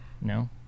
No